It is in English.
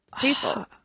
people